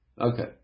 Okay